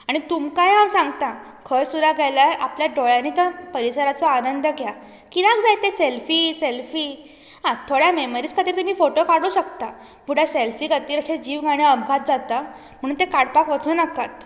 आनी तुमकांय हांव सांगतां खंयसरूय गेल्यार आपल्या दोळ्यांनी तो परिसराचो आनंद घेयात कित्याक जाय ते सॅल्फी सॅल्फी आं थोड्या मॅमरीज खातीर तुमी फोटो काडूं शकता पुण सॅल्फी खातीर अशे जीव आनी अपघात जाता म्हणून ते काडपाक वचूं नाकात